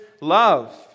love